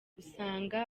usanga